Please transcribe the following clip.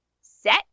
set